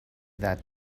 that